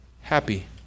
Happy